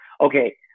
okay